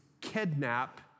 kidnap